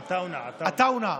עטאונה, עטאונה.